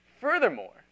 Furthermore